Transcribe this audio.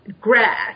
grass